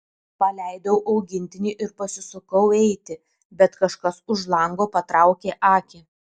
paleidau augintinį ir pasisukau eiti bet kažkas už lango patraukė akį